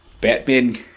Batman –